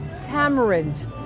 Tamarind